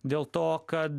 dėl to kad